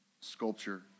sculpture